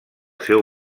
seu